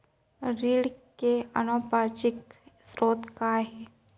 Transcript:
ऋण के अनौपचारिक स्रोत का आय?